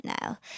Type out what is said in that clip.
now